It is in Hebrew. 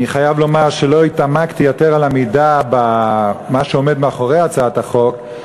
אני חייב לומר שלא התעמקתי יתר על המידה במה שעומד מאחורי הצעת החוק,